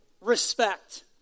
respect